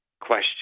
question